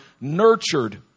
nurtured